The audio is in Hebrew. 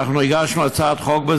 אנחנו הגשנו הצעת חוק,